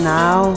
now